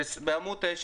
בעמוד 9,